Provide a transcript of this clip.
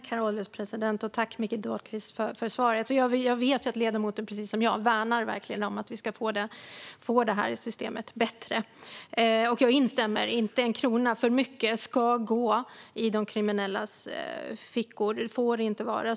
Herr ålderspresident! Jag tackar Mikael Dahlqvist för svaret. Jag vet att ledamoten, precis som jag, värnar om att systemet ska bli bättre. Jag instämmer i att inte en krona för mycket ska hamna i de kriminellas fickor.